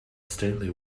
stately